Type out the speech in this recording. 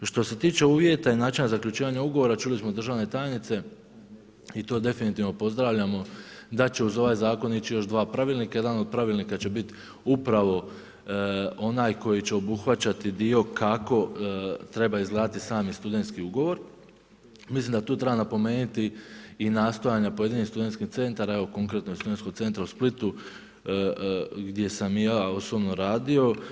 Što se tiče uvjeta i načina zaključivanja ugovora čuli smo od državne tajnice, i to definitivno pozdravljamo, da će uz ovaj zakon ići još dva pravilnika, jedan od pravilnika će biti upravo onaj koji će obuhvaćati dio kako treba izgledati sami studentski ugovor, mislim da tu treba napomenuti i nastojanja pojedinih studentskih centara, konkretno studentskog centra u Splitu gdje sam i ja osobno radio.